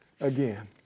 again